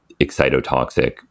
excitotoxic